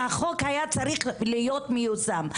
והחוק היה צריך להיות מיושם.